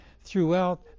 throughout